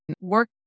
work